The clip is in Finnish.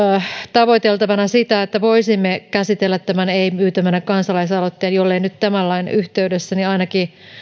tavoiteltavana sitä että voisimme käsitellä tämän ei myytävänä kansalaisaloitteen jollei nyt tämän lain yhteydessä niin ainakin